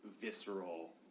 visceral